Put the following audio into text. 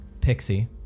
pixie